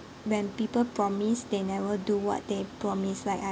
when people promise they never do what they promised like I